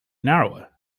narrower